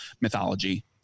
mythology